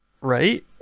Right